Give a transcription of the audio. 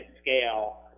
scale